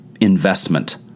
investment